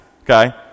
Okay